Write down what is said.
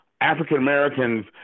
African-Americans